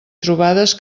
trobades